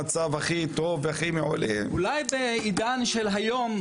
נדון בו גם בוועדת שרים למדע וטכנולוגיה וגם בפורום המולמו"פ.